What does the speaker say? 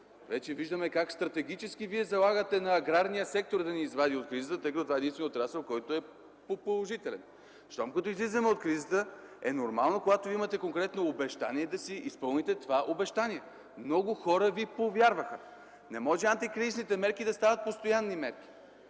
виждаме как стратегически вие залагате на аграрния сектор да ни извади от кризата, тъй като това е единственият отрасъл, който е положителен. Щом като излизаме от кризата, е нормално, когато имате конкретно обещание, да го изпълните. Много хора ви повярваха. Не може антикризисните мерки да станат постоянни мерки!